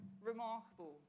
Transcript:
remarkable